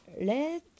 let